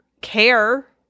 care